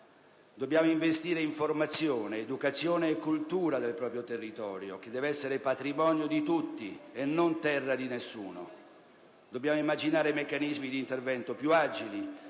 dobbiamo investire in formazione, educazione e cultura del proprio territorio, che deve essere patrimonio di tutti e non terra di nessuno, dobbiamo immaginare meccanismi d'intervento più agili,